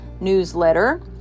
newsletter